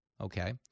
Okay